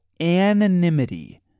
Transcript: anonymity